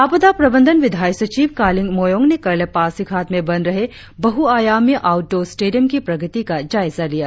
आपदा प्रबंधन विधायी सचिव कालिंग मोयोंग ने कल पासीघाट में बन रहे बहुआयामी आउटडोर स्टेडियम की प्रगति का जायजा लिया